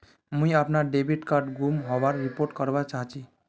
मुई अपना debit card गूम होबार रिपोर्ट करवा चहची